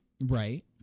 Right